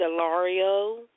Delario